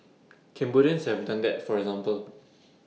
Cambodians have done that for example